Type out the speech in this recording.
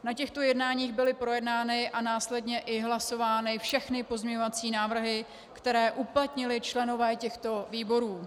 Na těchto jednáních byly projednány a následně i hlasovány všechny pozměňovací návrhy, které uplatnili členové těchto výborů.